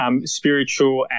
spiritual